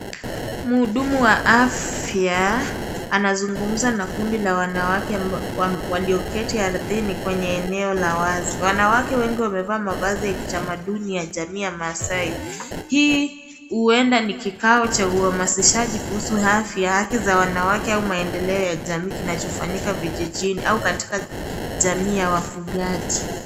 Mhudumu wa afya anazungumza na kundi la wanawake walioketi ardhini kwenye eneo la wazi. Wanawake wengi wamevaa mavazi ya kitamaduni ya jamii ya Maasai, hii huenda ni kikao cha uhamasishaji kuhusu afya haki za wanawake au maendeleo ya jamii kama inavyofanyika vijijini au katika jamii ya wafugaji.